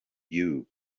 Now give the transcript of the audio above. you